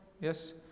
yes